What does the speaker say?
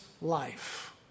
life